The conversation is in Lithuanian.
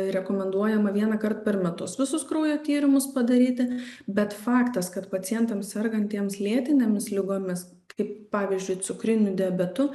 rekomenduojama vieną kartą per metus visus kraujo tyrimus padaryti bet faktas kad pacientams sergantiems lėtinėmis ligomis kaip pavyzdžiui cukriniu diabetu